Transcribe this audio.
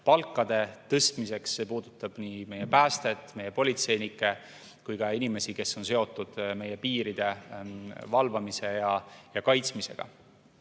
palkade tõstmiseks. See puudutab nii meie päästet, politseinikke kui ka inimesi, kes on seotud meie piiri valvamise ja kaitsmisega.